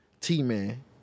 T-Man